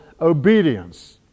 obedience